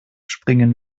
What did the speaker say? springen